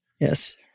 Yes